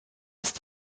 ist